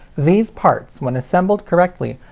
these parts, when assembled correctly,